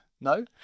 No